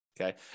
Okay